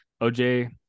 OJ